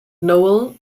noel